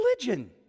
religion